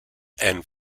and